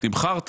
תמחרת,